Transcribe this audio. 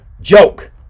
joke